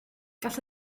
gall